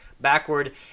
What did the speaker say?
backward